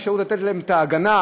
בלי אפשרות לתת להם את ההגנה.